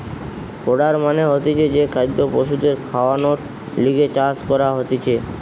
fodder মানে হতিছে যে খাদ্য পশুদের খাওয়ানর লিগে চাষ করা হতিছে